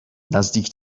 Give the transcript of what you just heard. نزدیک